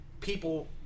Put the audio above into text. people